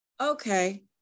okay